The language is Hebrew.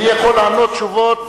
אני יכול לענות תשובות,